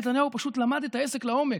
נתניהו פשוט למד את העסק לעומק.